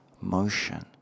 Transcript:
motion